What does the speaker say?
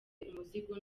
umuzigo